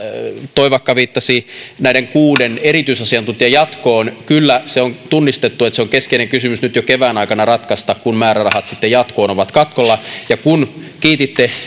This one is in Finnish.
toivakka viittasi näiden kuuden erityisasiantuntijan jatkoon kyllä se on tunnistettu että se on keskeinen kysymys nyt jo kevään aikana ratkaista kun määrärahat sitten jatkoon ovat katkolla ja kun kiititte